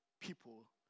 people